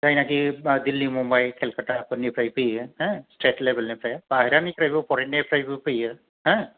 जायनाखि दिल्ली मुम्बाइ केलकाता फोर निफ्राय फैयो स्टेट लेबेलनिफ्राय बायह्रानिफ्रायबो परेन निफ्रायबो फैयो हो